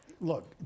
look